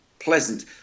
Pleasant